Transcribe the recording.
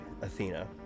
Athena